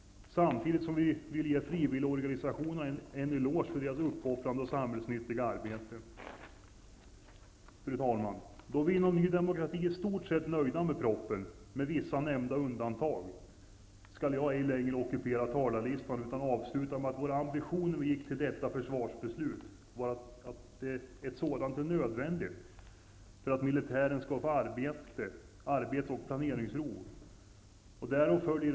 Vi vill samtidigt ge frivilligorganisationerna en eloge för deras uppoffrande och samhällsnyttiga arbete. Fru talman! I Ny demokrati är vi i stort sätt nöjda med propositionen, med vissa nämnda undantag, och jag skall ej längre ockupera talarstolen utan avsluta med att säga att vår ambition när vi gick till detta försvarsbeslut var att vi vill bidra till att militären skall få arbets och planeringsro, vilket vi anser är nödvändigt.